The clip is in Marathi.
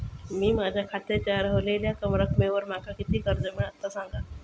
मी माझ्या खात्याच्या ऱ्हवलेल्या रकमेवर माका किती कर्ज मिळात ता सांगा?